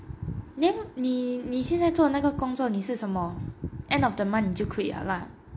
then 你你现在做那个工作你是什么 end of the month 你就 quit liao lah